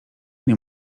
nie